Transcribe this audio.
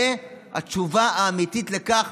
זאת התשובה האמיתית לכך,